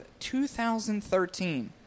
2013